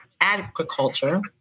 Agriculture